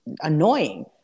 annoying